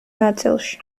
ნაწილში